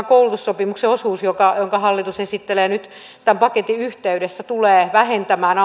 koulutussopimuksen osuus jonka jonka hallitus esittelee nyt tämän paketin yhteydessä tulee vähentämään